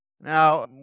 Now